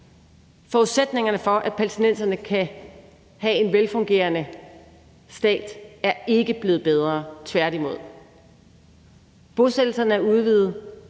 Forudsætningerne for, palæstinenserne kan have en velfungerende stat, er ikke blevet bedre. Tværtimod. Bosættelserne er udvidet,